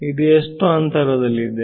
ಇದು ಎಷ್ಟು ಅಂತರದಲ್ಲಿದೆ